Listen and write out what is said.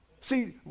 See